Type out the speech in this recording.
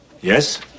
Yes